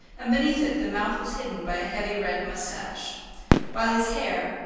and beneath it the mouth was hidden by a heavy red moustache while his hair,